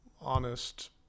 honest